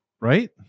Right